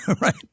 right